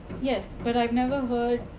yes, but, i have never heard.